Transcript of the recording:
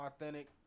Authentic